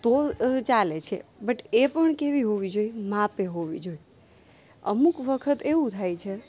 તો ચાલે છે બટ એ પણ કેવી હોવી જોઈએ માપે હોવી જોઈએ અમુક વખત એવું થાય છે